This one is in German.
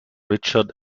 richard